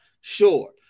sure